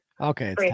Okay